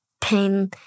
pain